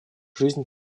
жизнь